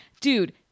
Dude